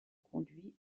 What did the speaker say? conduit